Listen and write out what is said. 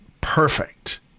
perfect